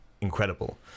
incredible